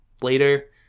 later